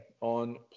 on